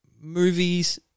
movies